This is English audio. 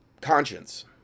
conscience